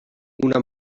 una